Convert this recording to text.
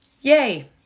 Yay